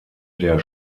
der